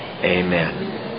Amen